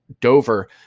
Dover